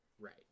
right